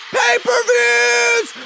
pay-per-views